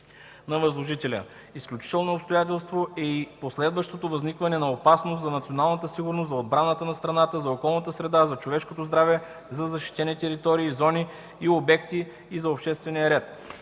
на възложителя. Изключително обстоятелство е и последващото възникване на опасност за националната сигурност, за отбраната на страната, за околната среда, за човешкото здраве, за защитени територии, зони и обекти и за обществения ред.”